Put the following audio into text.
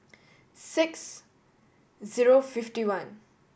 six zero fifty one